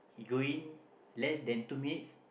he go in less than two minutes